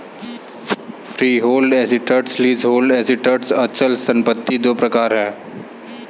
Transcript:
freehold assets, leasehold assets अचल संपत्ति दो प्रकार है